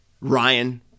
Ryan